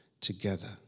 together